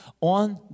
on